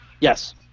Yes